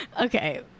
okay